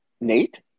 Nate